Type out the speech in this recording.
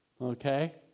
okay